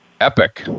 epic